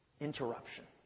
interruption